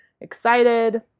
excited